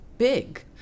big